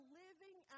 living